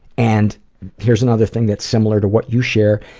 and here's another thing that's similar to what you share.